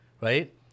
right